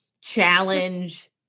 challenge